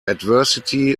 adversity